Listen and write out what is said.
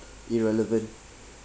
irrelevant